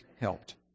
helped